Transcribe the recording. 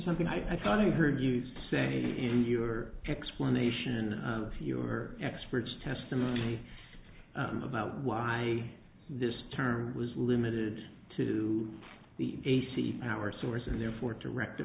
something i thought i heard you say in your explanation of your experts testimony about why this term was limited to the ac power source and therefore to rect